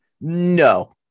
No